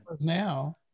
Now